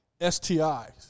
STIs